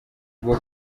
bwo